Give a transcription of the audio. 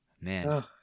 man